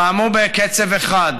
פעמו בקצב אחד.